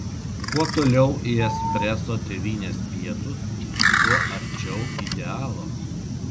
kuo toliau į espreso tėvynės pietus tuo arčiau idealo